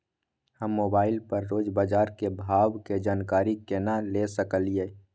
हम मोबाइल पर रोज बाजार के भाव की जानकारी केना ले सकलियै?